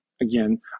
Again